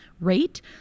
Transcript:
rate